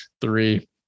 three